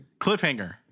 Cliffhanger